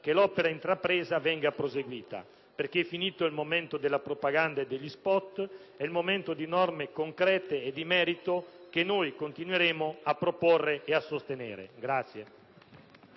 che l'opera intrapresa venga proseguita, perché è finito il momento della propaganda e degli *spot*: è il momento di norme concrete e di merito, che noi continueremo a proporre e a sostenere.